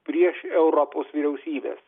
prieš europos vyriausybes